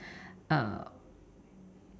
err